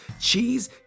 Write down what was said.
cheese